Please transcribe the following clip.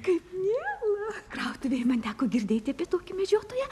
kaip miela krautuvėje man teko girdėti apie tokį medžiotoją